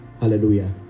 Hallelujah